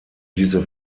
diese